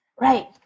Right